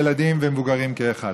ילדים ומבוגרים כאחד.